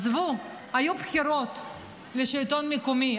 עזבו, היו בחירות לשלטון המקומי.